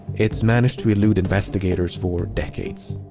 it's managed to elude investigators for decades.